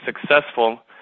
successful